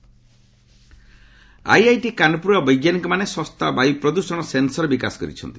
IIT sensor IIT କାନ୍ପୁରର ବୈଜ୍ଞାନିକମାନେ ଶସ୍ତା ବାୟୁପ୍ରଦୃଷଣ ସେନ୍ସର୍ ବିକାଶ କରିଛନ୍ତି